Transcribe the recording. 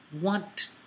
want